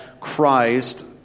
Christ